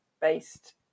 based